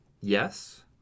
Yes